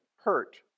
hurt